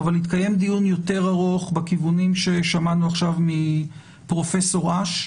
אבל יתקיים דיון יותר ארוך בכיוונים ששמענו עכשיו מפרופ' אש,